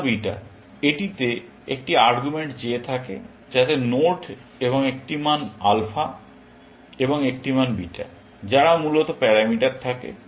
alpha beta এটিতে একটি argument j থাকে যাতে নোড এবং একটি মান আলফা এবং একটি মান বিটা যারা মূলত প্যারামিটার থাকে